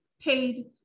paid